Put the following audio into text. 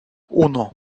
uno